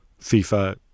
FIFA